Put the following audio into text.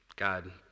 God